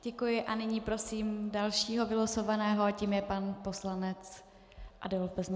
Děkuji a nyní prosím dalšího vylosovaného a tím je pan poslanec Adolf Beznoska.